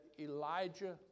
Elijah